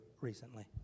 recently